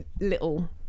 little